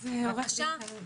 בבקשה.